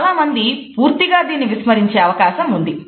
చాలామంది పూర్తిగా దీన్ని విస్మరించే అవకాశం ఉంది